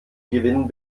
gewinn